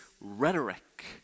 rhetoric